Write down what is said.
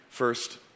First